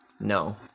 No